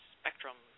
spectrum